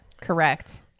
correct